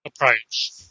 approach